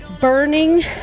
burning